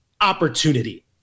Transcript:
opportunity